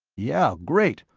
yeah, great,